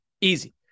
easy